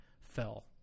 fell